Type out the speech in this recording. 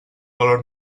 valor